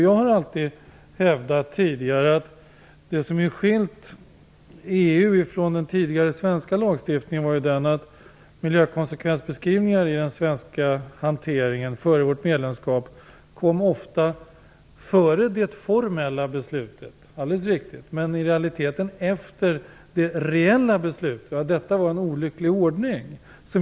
Jag har tidigare alltid hävdat att det som har skilt lagstiftningen inom EU från den svenska lagstiftningen var att miljökonsekvensbeskrivningen i den svenska hanteringen - före vårt medlemskap - ofta kom före det formella beslutet. Det är helt riktigt, men i realiteten kom miljökonsekvensbekrivningen efter det reella beslutet. Detta var en olycklig ordning.